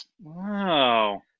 Wow